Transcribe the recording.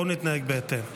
בואו נתנהג בהתאם.